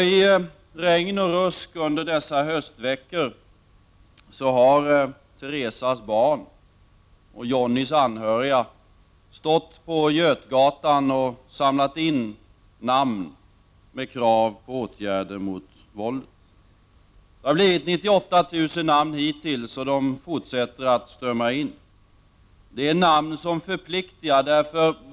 I regn och rusk under dessa höstveckor har Teresas barn och Jonnies anhöriga stått på Götgatan och samlat in namn med krav på åtgärder mot våldet. Det har hittills blivit 98 000 namn, och de fortsätter att strömma in. Det är namn som förpliktar.